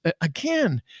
again